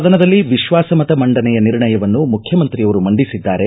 ಸದನದಲ್ಲಿ ವಿಶ್ವಾಸ ಮತ ಮಂಡನೆಯ ನಿರ್ಣಯವನ್ನು ಮುಖ್ಯಮಂತ್ರಿಯವರು ಮಂಡಿಸಿದ್ದಾರೆ